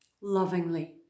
lovingly